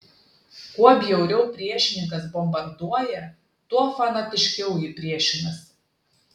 kuo bjauriau priešininkas bombarduoja tuo fanatiškiau ji priešinasi